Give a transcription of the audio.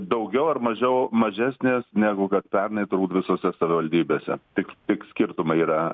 daugiau ar mažiau mažesnės negu kad pernai turbūt visose savivaldybėse tik tik skirtumai yra